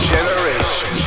Generation